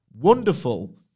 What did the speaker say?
wonderful